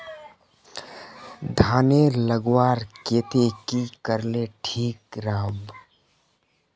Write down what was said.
धानेर लगवार केते की करले ठीक राब?